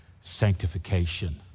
sanctification